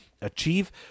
achieve